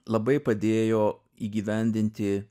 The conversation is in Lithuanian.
labai padėjo įgyvendinti